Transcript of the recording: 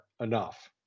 Enough